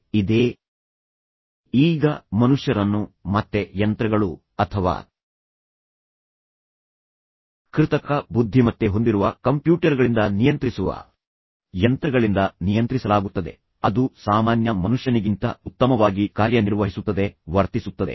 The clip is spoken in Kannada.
ಈಗ ನಾನು ನಿಮಗೆ ಹೇಳಲು ಹೊರಟಿರುವುದನ್ನು ನೀವು ಅನುಭವಿಸಬಹುದು ಈಗ ಮನುಷ್ಯರನ್ನು ಮತ್ತೆ ಯಂತ್ರಗಳು ಅಥವಾ ಕೃತಕ ಬುದ್ಧಿಮತ್ತೆ ಹೊಂದಿರುವ ಕಂಪ್ಯೂಟರ್ಗಳಿಂದ ನಿಯಂತ್ರಿಸುವ ಯಂತ್ರಗಳಿಂದ ನಿಯಂತ್ರಿಸಲಾಗುತ್ತದೆ ಅದು ಸಾಮಾನ್ಯ ಮನುಷ್ಯನಿಗಿಂತ ಉತ್ತಮವಾಗಿ ಕಾರ್ಯನಿರ್ವಹಿಸುತ್ತದೆ ವರ್ತಿಸುತ್ತದೆ